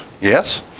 Yes